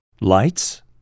Lights